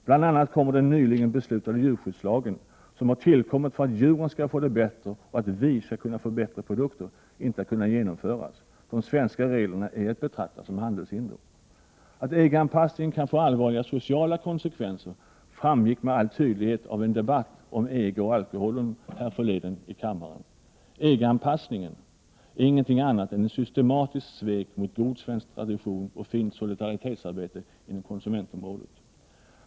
Bl.a. kommer den nyligen beslutade djurskyddslagen, som har tillkommit för att djuren skall få det bättre och för att vi skall få bättre produkter, inte att kunna genomföras. De svenska reglerna är att betrakta som handelshinder. Att EG-anpassningen kan få allvarliga sociala konsekvenser framgick med all tydlighet av en debatt om EG och alkoholen härförleden i kammaren. EG-anpassningen är inget annat än ett systematiskt svek mot god svensk tradition och fint solidaritetsarbete inom konsumentområdet.